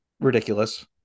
Ridiculous